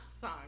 song